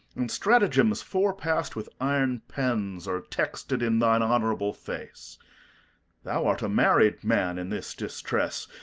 and stratagems forepast with iron pens are texted in thine honorable face thou art a married man in this distress,